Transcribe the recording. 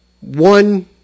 one